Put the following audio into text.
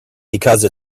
because